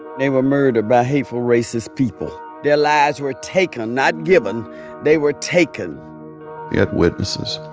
they were murdered by hateful, racist people. their lives were taken, not given they were taken you had witnesses.